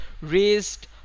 raised